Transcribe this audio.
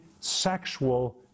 sexual